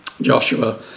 Joshua